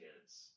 kids